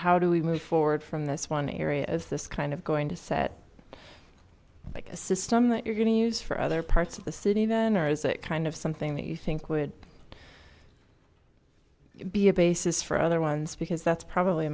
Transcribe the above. how do we move forward from this one area is this kind of going to set like a system that you're gonna use for other parts of the city then or is it kind of something that you think would be a basis for other ones because that's probably